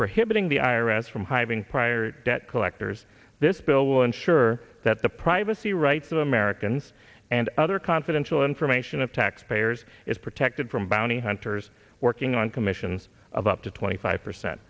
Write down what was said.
prohibiting the i r s from hiding prior debt collectors this bill will ensure that the privacy rights of americans and other confidential information of tax payers is protected from bounty hunters working on commissions of up to twenty five percent